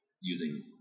using